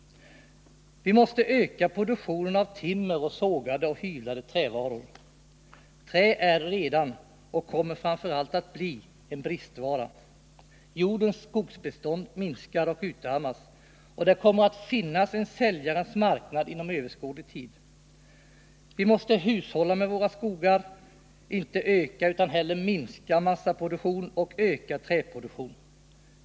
Vi måste öka produktionen av timmer, sågade och hyvlade trävaror. Trä är redan, och kommer framför allt att bli, en bristvara. Jordens skogsbestånd minskar och utarmas, och det kommer att finnas en säljarens marknad inom överskådlig tid. Vi måste hushålla med våra skogar, inte öka utan hellre minska massaproduktionen och öka träproduktionen.